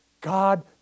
God